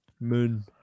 moon